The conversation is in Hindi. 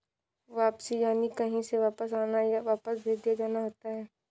वापसी यानि कहीं से वापस आना, या वापस भेज दिया जाना होता है